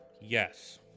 Yes